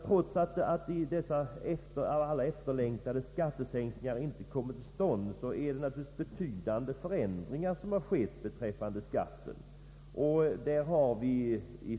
Trots att dessa av alla efterlängtade skattesänkningar inte kommit till stånd, är det naturligtvis betydande förändringar som skett beträffande skatten.